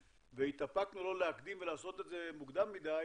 והתאפקנו לא להקדים ולעשות את זה מוקדם מדי